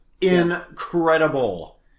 incredible